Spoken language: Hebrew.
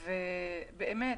ובאמת,